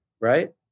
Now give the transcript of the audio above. right